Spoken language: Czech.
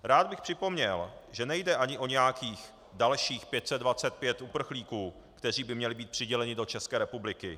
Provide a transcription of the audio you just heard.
Rád bych připomněl, že nejde ani o nějakých dalších 525 uprchlíků, kteří by měli být přiděleni do České republiky.